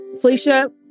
Felicia